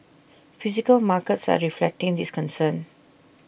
physical markets are reflecting this concern